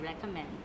recommend